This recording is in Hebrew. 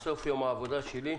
אני כל יום טס בסוף יום העבודה שלי,